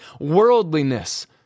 worldliness